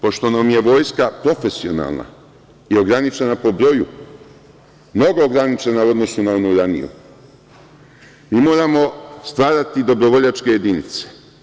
Pošto nam je vojska profesionalna i ograničena po broju, mnogo ograničena u odnosu na onu ranije, mi moramo stvarati dobrovoljačke jedinice.